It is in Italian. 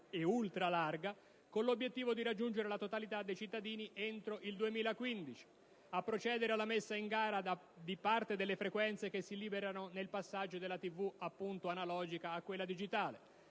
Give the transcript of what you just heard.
e ultralarga, con l'obiettivo di raggiungere la totalità dei cittadini entro il 2015; di procedere alla messa in gara di parte delle frequenze che si liberano nel passaggio dalla televisione analogica a quella digitale;